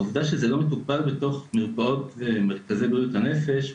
העובדה שזה לא מטופל בתוך מרפאות מרכזי בריאות הנפש,